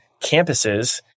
campuses